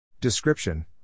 Description